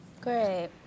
Great